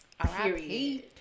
Period